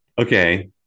Okay